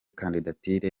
kandidatire